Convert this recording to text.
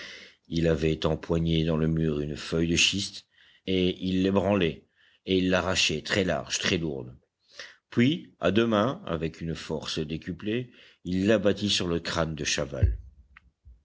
il avait empoigné dans le mur une feuille de schiste et il l'ébranlait et il l'arrachait très large très lourde puis à deux mains avec une force décuplée il l'abattit sur le crâne de chaval